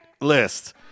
list